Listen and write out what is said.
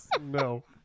No